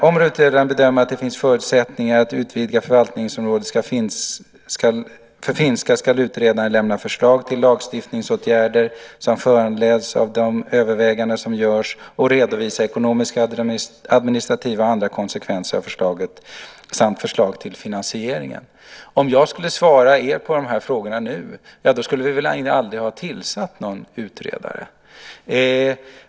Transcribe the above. Om utredaren bedömer att det finns förutsättningar att utvidga förvaltningsområdet för finska skall utredaren lämna förslag till lagstiftningsåtgärder som föranleds av de överväganden som görs, redovisa ekonomiska, administrativa och andra konsekvenser av förslagen samt förslag till finansiering." Om jag skulle svara er på de här frågorna nu skulle vi väl aldrig ha tillsatt en utredare.